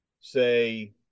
say